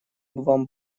вам